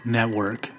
Network